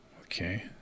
Okay